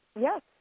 Yes